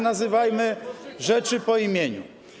Nazywajmy rzeczy po imieniu.